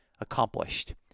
accomplished